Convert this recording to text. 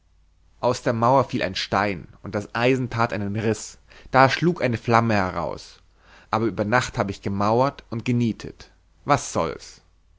aus der mauer fiel ein stein und das eisen tat einen riß da schlug eine flamme heraus aber über nacht habe ich gemauert und genietet was soll's